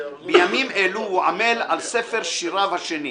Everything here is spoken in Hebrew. בימים אלו הוא עמל על ספר שיריו השני.